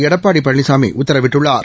எடப்பாடி பழனிசாமி உத்தரவிட்டுள்ளார்